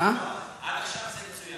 עד עכשיו מצוין.